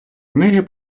книги